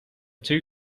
two